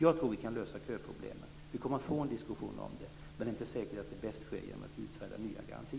Jag tror att vi kan lösa köproblemen. Vi kommer att få en diskussion om dem, men det är inte säkert att det bästa är att utfärda nya garantier.